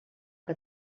que